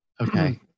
Okay